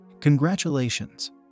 Congratulations